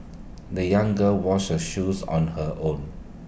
the young girl washed her shoes on her own